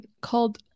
called